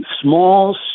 small